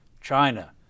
China